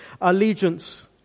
allegiance